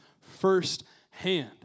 firsthand